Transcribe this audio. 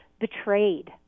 betrayed